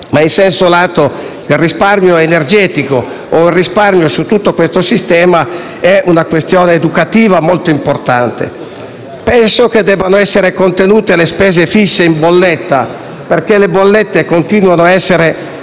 In senso lato, il risparmio energetico o il risparmio su tutto questo sistema è una questione educativa molto importante. Penso debbano essere contenute le spese fisse in bolletta, perché queste ultime continuano a essere